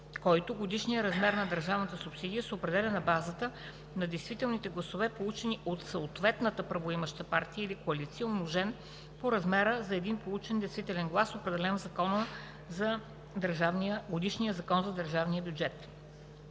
годишният размер на държавната субсидия се определя на базата на действителните гласове, получени от съответната правоимаща партия или коалиция, умножен по размера за един получен действителен глас, определен в годишния закон за държавния бюджет.